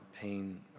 pain